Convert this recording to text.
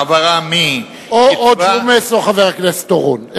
העברה מקצבה או ג'ומס או חבר הכנסת אורון.